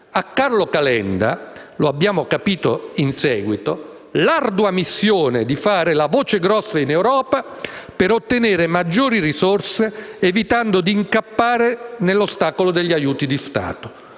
A Carlo Calenda - lo abbiamo capito in seguito - l'ardua missione di fare la voce grossa in Europa per ottenere maggiori risorse evitando di incappare nell'ostacolo degli aiuti di Stato.